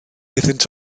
iddynt